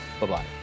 Bye-bye